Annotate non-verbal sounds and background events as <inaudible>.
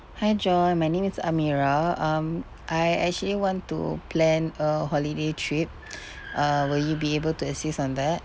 hi john my name it's amira um I actually want to plan a holiday trip <breath> err will you be able to assist on that